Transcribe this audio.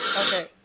Okay